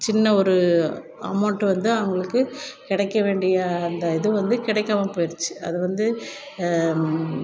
சின்ன ஒரு அமௌண்ட் வந்து அவங்களுக்கு கிடைக்க வேண்டிய அந்த இது வந்து கிடைக்காம போயிடுச்சு அதை வந்து